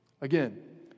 Again